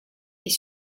est